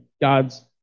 God's